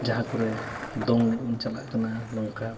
ᱡᱟᱦᱟᱸ ᱠᱚᱨᱮ ᱫᱚᱝ ᱮᱱᱮᱡ ᱵᱚᱱ ᱪᱟᱞᱟᱜ ᱠᱟᱱᱟ ᱱᱚᱝᱠᱟ